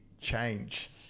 change